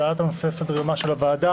על העלאת הנושא על סדר יומה של הוועדה.